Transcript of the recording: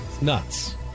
Nuts